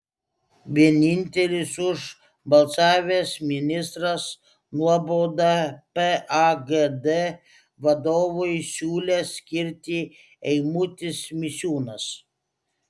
vienintelis už balsavęs ministras nuobaudą pagd vadovui siūlęs skirti eimutis misiūnas